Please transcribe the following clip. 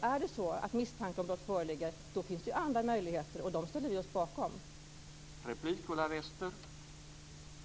Är det så att misstanke om brott föreligger finns det andra möjligheter, och vi ställer oss bakom dem.